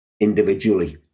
individually